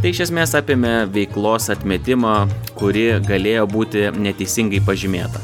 tai iš esmės apėmė veiklos atmetimą kuri galėjo būti neteisingai pažymėta